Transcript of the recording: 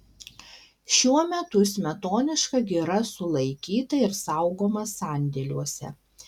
šiuo metu smetoniška gira sulaikyta ir saugoma sandėliuose